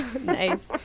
Nice